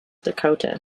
dakota